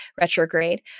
retrograde